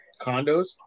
condos